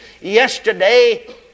yesterday